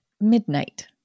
Midnight